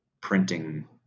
printing